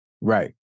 Right